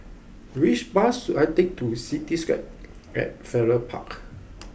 which bus should I take to Cityscape at Farrer Park